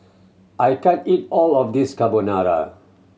I can't eat all of this Carbonara